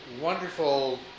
wonderful